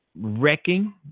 wrecking